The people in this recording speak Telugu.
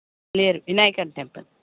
లేరు వినాయకన్ టెంపుల్